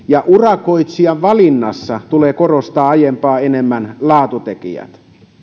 ja urakoitsijan valinnassa tulee korostaa aiempaa enemmän laatutekijöitä